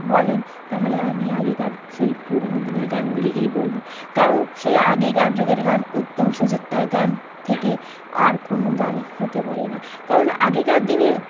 বলেন তাহলে আমি আগেকার সেই পুরোনো দিনের গানগুলিকেই বলবো কারণ সেই আগেকার যুগের গান উত্তম সুচিত্রার গান থেকে আর কোনো গানই হতে পারে না কারণ আগেকার দিনের